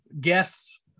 guests